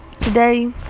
today